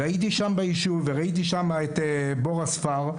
הייתי שם ביישוב וראיתי את 'בור אספר',